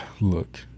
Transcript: Look